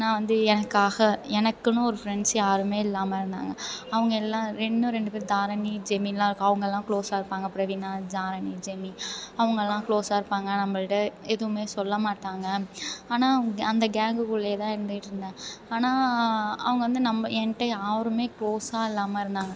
நான் வந்து எனக்காக எனக்குன்னு ஒரு ஃப்ரெண்ட்ஸ் யாருமே இல்லாமல் இருந்தாங்க அவங்க எல்லாம் இன்னும் ரெண்டு பேர் தாரணி ஜெமின்லாம் இருக்காங்க அவங்கள்லாம் குளோஸா இருப்பாங்க பிரவீனா தாரணி ஜெமி அவங்கள்லாம் குளோஸா இருப்பாங்க நம்மள்ட்ட எதுவுமே சொல்ல மாட்டாங்க ஆனால் கே அந்த கேங்குக்குள்ளேயே தான் இருந்துட்டு இருந்தேன் ஆனால் அவங்க வந்து நம்ம என்ட்ட யாருமே குளோஸா இல்லாமல் இருந்தாங்க